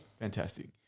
Fantastic